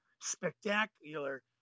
spectacular